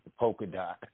Polkadot